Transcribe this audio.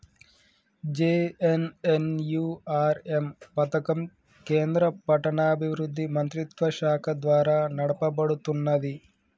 JNNURM పథకం కేంద్ర పట్టణాభివృద్ధి మంత్రిత్వశాఖ ద్వారా నడపబడుతున్నది